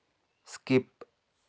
skip